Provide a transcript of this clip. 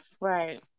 right